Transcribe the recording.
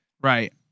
Right